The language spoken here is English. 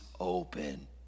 open